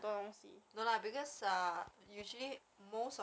ya I just added one gmail